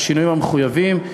בשינויים המחויבים,